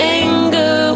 anger